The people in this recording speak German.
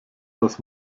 dass